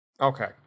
Okay